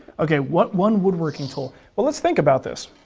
okay, what one woodworking tool? but let's think about this.